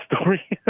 story